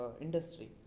industry